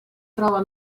troba